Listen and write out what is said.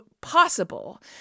possible